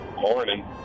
Morning